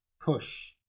push